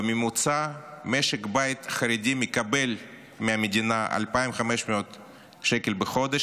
בממוצע משק בית חרדי מקבל מהמדינה 2,500 שקל בחודש